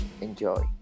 Enjoy